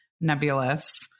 nebulous